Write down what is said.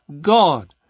God